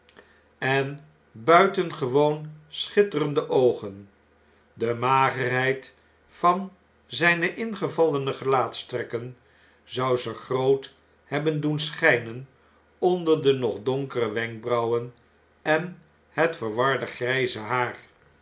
en buitengewoon schitterende oogen de magerheid van zn'ne ingevallene gelaatstrekken zou ze groot hebben doen schnnen onder de nog donkere wenkbrauwen en het verwarde grjjze haar